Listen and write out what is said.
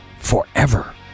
forever